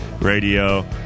Radio